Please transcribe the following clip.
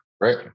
Right